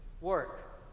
Work